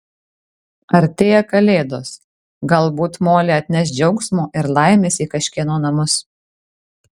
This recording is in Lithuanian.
artėja kalėdos galbūt molė atneš džiaugsmo ir laimės į kažkieno namus